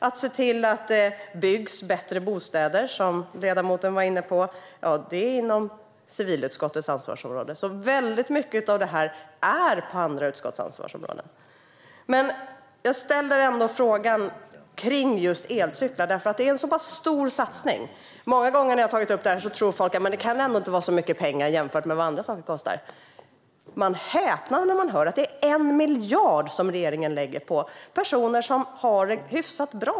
Att se till att det byggs bättre bostäder, som ledamoten var inne på, ligger inom civilutskottets ansvarsområde. Väldigt mycket av detta ligger alltså inom andra utskotts ansvarsområden. Jag ställer ändå frågan om just elcyklar eftersom det är en så pass stor satsning. Många gånger när jag har tagit upp detta tror folk att det väl ändå inte kan röra sig om särskilt mycket pengar jämfört med vad andra saker kostar. De häpnar när de hör att det är 1 miljard som regeringen lägger på personer som redan har det hyfsat bra.